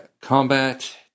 Combat